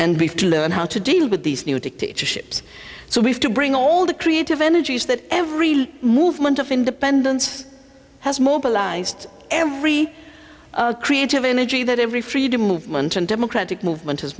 we've learned how to deal with these new dictatorships so we have to bring all the creative energies that every movement of independence has mobilized every creative energy that every freedom movement and democratic movement